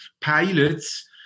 pilots